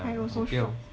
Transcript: I also shiok